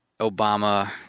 Obama